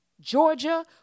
Georgia